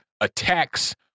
attacks